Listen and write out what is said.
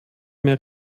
mehr